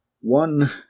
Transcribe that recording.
One